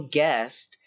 guest